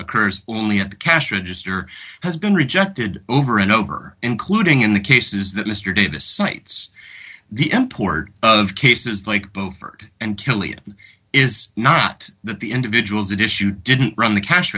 occurs only at the cash register has been rejected over and over including in the cases that mr davis cites the import of cases like beaufort and kilian is not that the individuals that issue didn't run the cash